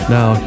Now